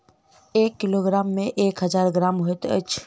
एक किलोग्राम मे एक हजार ग्राम होइत अछि